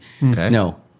No